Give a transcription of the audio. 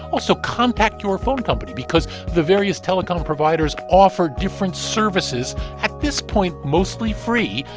also, contact your phone company because the various telecom providers offer different services at this point, mostly free.